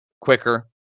quicker